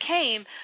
came